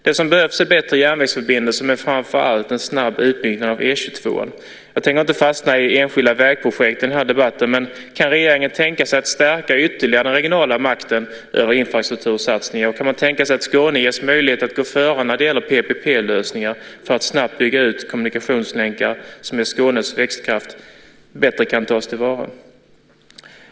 Det behövs bättre järnvägsförbindelser och framför allt en snabb utbyggnad av E 22:an. Jag tänker inte fastna i enskilda vägprojekt i den här debatten, men jag undrar om regeringen kan tänka sig att ytterligare stärka den regionala makten över infrastruktursatsningar. Kan regeringen även tänka sig att Skåne ges möjlighet att gå före när det gäller PPP-lösningar för att snabbt bygga ut kommunikationslänkar så att Skånes växtkraft bättre kan tas till vara?